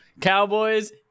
cowboys